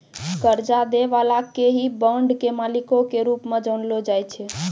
कर्जा दै बाला के ही बांड के मालिको के रूप मे जानलो जाय छै